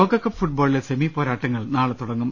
ലോകകപ്പ് ഫുട്ബോളിലെ സെമി പോരാട്ടങ്ങൾ നാളെ തുടങ്ങും